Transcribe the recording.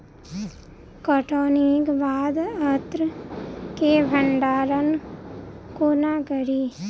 कटौनीक बाद अन्न केँ भंडारण कोना करी?